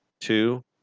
Two